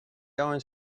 going